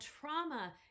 trauma